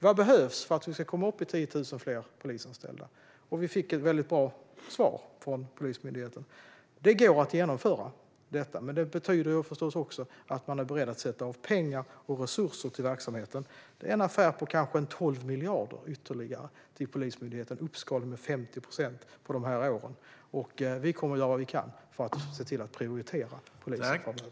Vad behövs för att vi ska komma upp i 10 000 fler polisanställda? Vi fick ett väldigt bra svar från Polismyndigheten. Det går att genomföra detta. Men det betyder förstås också att man är beredd att sätta av pengar och resurser till verksamheten. Det är en affär på kanske 12 miljarder ytterligare till Polismyndigheten. Det är en uppskalning med 50 procent under dessa år. Vi kommer att göra vad vi kan för att se till att prioritera polisen framöver.